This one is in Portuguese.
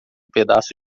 pedaço